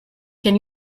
can